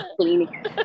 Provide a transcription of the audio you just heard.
cleaning